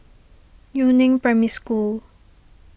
Yu Neng Primary School